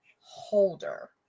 holder